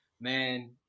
Man